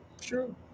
True